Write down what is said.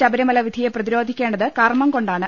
ശബരിമല വിധിയെ പ്രതിരോധിക്കേണ്ടത് കർമ്മം കൊണ്ടാണ്